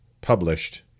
published